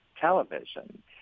television